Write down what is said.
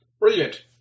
Brilliant